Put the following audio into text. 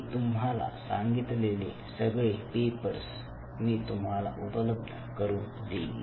मी तुम्हाला सांगितलेले सगळे पेपर्स मी तुम्हाला उपलब्ध करून देईल